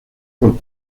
por